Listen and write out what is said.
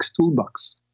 toolbox